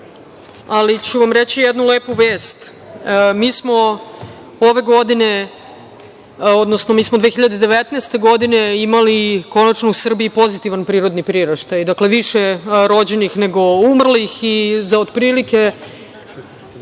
ću vam jednu lepu vest. Mi smo ove godine, odnosno mi smo 2019. godine imali konačno u Srbiji pozitivan prirodni priraštaj. Dakle, više rođenih, nego umrlih i za od prilike